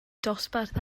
dosbarth